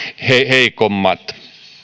heikommat